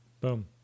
Boom